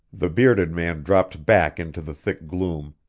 the bearded man dropped back into the thick gloom,